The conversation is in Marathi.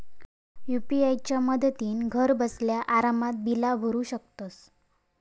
यू.पी.आय च्या मदतीन घरबसल्या आरामात बिला भरू शकतंस